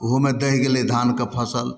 उहोमे दहि गेलै धानके फसिल